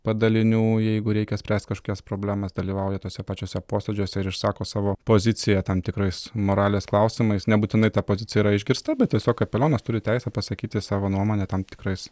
padalinių jeigu reikia spręst kažkokias problemas dalyvauja tuose pačiuose posėdžiuose ir išsako savo poziciją tam tikrais moralės klausimais nebūtinai ta pozicija yra išgirsta bet tiesiog kapelionas turi teisę pasakyti savo nuomonę tam tikrais